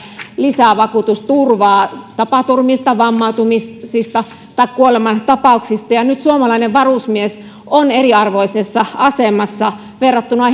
lisävakuutusturvaa tapaturmista vammautumisista tai kuolemantapauksista ja nyt suomalainen varusmies on eriarvoisessa asemassa verrattuna